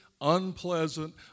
unpleasant